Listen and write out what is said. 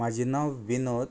म्हजें नांव विनोद